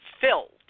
filled